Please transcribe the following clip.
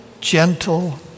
gentle